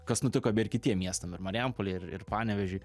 kas nutiko beje ir kitiem miestam ir marijampolei ir ir panevėžiui